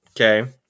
okay